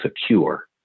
secure